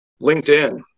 LinkedIn